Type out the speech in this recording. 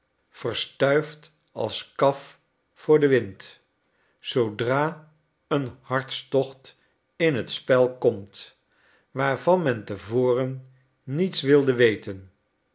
verstuift als kaf voor den wind zoodra een hartstocht in het spel komt waarvan men te voren niets wilde weten